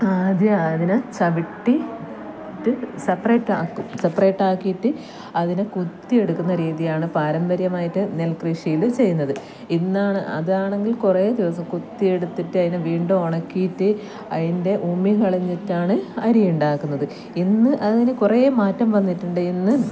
ആദ്യം അതിനെ ചവിട്ടിയിട്ട് സെപ്പറേറ്റ് ആക്കും സെപ്പറേറ്റ് ആക്കിയിട്ട് അതിനെ കുത്തിയെടുക്കുന്ന രീതിയാണ് പാരമ്പര്യമായിട്ട് നെല്കൃഷിയിൽ ചെയ്യുന്നത് ഇന്നാണ് അതാണെങ്കിൽ കുറേ ദിവസം കുത്തിയെടുത്തിട്ട് അതിനെ വീണ്ടും ഉണക്കിയിട്ട് അതിന്റെ ഉമി കളഞ്ഞിട്ടാണ് അരിയുണ്ടാക്കുന്നത് ഇന്ന് അതിന് കുറേ മാറ്റം വന്നിട്ടുണ്ട് ഇന്ന്